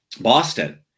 Boston